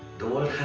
the world